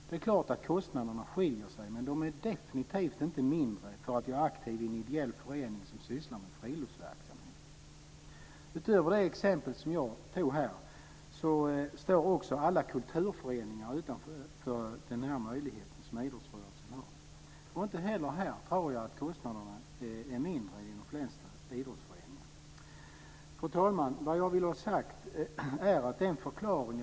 Det är klart att kostnaderna skiljer sig, men de är definitivt inte mindre för att jag är aktiv i en ideell förening som sysslar med friluftsverksamhet. Utöver det exempel jag har tagit upp här står alla kulturföreningar utanför denna möjlighet som idrottsrörelsen har. Inte heller här tror jag att kostnaderna är mindre än i de flesta idrottsföreningar. Fru talman!